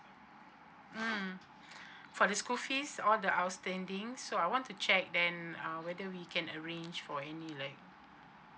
mm for the school fees all the outstanding so I want to check then uh whether we can arrange for any like